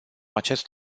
acest